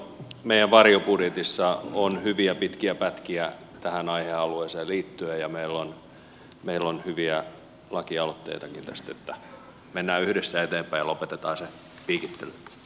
meidän varjobudjetissamme on hyviä pitkiä pätkiä tähän aihealueeseen liittyen ja meillä on hyviä lakialoitteitakin tästä niin että mennään yhdessä eteenpäin ja lopetetaan se ei